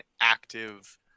active